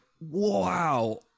wow